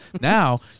now